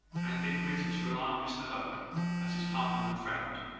and be permitted to rely on mr hope as his partner and friend,